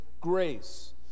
grace